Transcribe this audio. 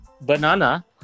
Banana